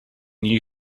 new